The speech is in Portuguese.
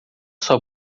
sua